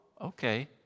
okay